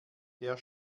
der